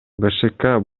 бшк